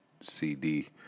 CD